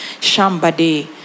shambade